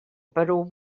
perú